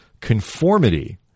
conformity